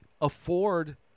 afford